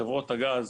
חברות הגז,